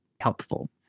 helpful